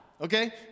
Okay